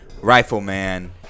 Rifleman